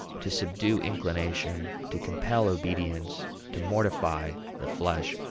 to subdue inclination, to compel obedience, to mortify the flesh,